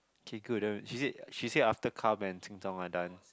okay good she said she said after Kam and Qing-qong are done